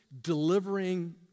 delivering